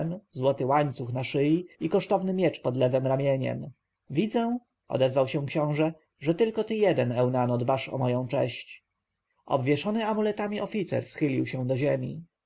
złoty łańcuch na szyi i kosztowny miecz pod lewem ramieniem widzę odezwał się książę że tylko ty jeden eunano dbasz o moją cześć obwieszony amuletami oficer schylił się do ziemi